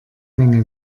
menge